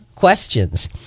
questions